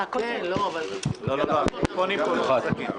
החקירה נפתחה,